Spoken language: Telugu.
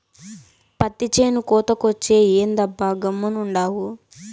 పత్తి చేను కోతకొచ్చే, ఏందబ్బా గమ్మునుండావు